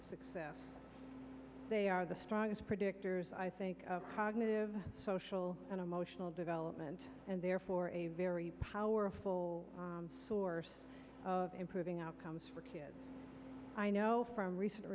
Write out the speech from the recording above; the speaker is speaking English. they are the strongest predictors i think of cognitive social and emotional development and therefore a very powerful source of improving outcomes for kids i know from recent